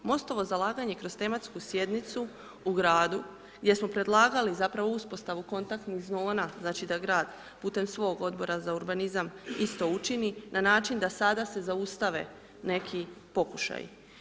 MOSTO-ovo zalaganje kroz tematsku sjednicu u gradu gdje smo predlagali zapravo uspostavu kontaktnih zona znači da grad putem svog odbora za urbanizam isto učini na način da sada se zaustave neki pokušaji.